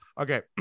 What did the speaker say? Okay